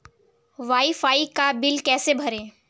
Wi fi का bill कैसे भरें?